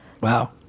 Wow